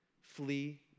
Flee